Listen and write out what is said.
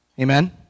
Amen